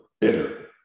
bitter